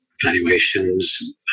valuations